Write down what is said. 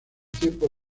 tiempos